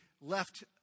left